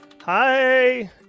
hi